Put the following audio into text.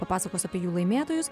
papasakos apie jų laimėtojus